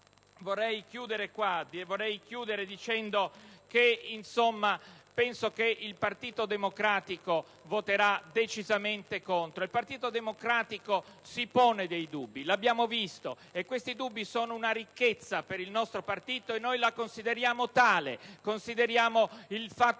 Concludo annunciando che il Partito Democratico voterà decisamente contro. Il Partito Democratico si pone dei dubbi, lo abbiamo visto, e questi dubbi costituiscono una ricchezza per il nostro Partito, almeno noi la consideriamo tale. Consideriamo il fatto